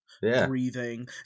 breathing